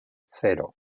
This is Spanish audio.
cero